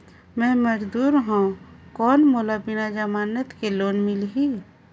मे मजदूर हवं कौन मोला बिना जमानत के लोन मिलही?